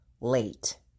late